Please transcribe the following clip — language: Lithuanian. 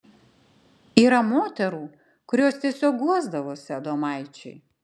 yra moterų kurios tiesiog guosdavosi adomaičiui